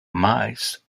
miles